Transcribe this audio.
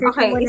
Okay